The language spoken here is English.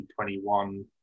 2021